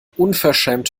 unverschämt